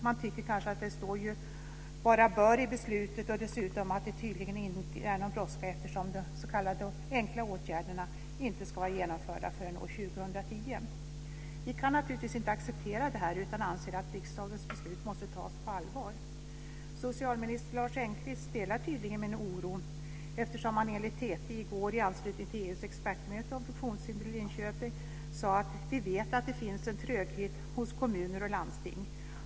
Man tycker kanske att det bara står "bör" i beslutet, och dessutom är det tydligen ingen brådska eftersom de s.k. enkla åtgärderna inte ska vara genomförda förrän år 2010. Vi kan naturligtvis inte acceptera det här utan anser att riksdagens beslut måste tas på allvar. Socialminister Lars Engqvist delar tydligen min oro eftersom han enligt TT i går i anslutning till EU:s expertmöte om funktionshinder i Linköping sade: Vi vet att det finns en tröghet hos kommuner och landsting.